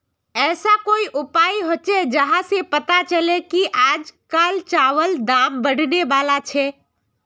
ऐसा कोई उपाय होचे जहा से पता चले की आज चावल दाम बढ़ने बला छे?